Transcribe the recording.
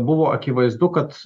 buvo akivaizdu kad